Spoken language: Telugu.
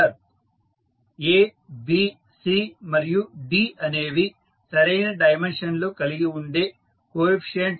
A B C మరియు D అనేవి సరైన డైమెన్షన్స్ లు కలిగి ఉండే కోఎఫీసియంట్స్